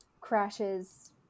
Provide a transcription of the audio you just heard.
crashes